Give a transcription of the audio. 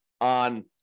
on